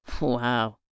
Wow